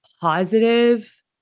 positive